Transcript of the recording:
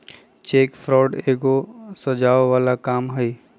cheque fraud एगो सजाओ बला काम हई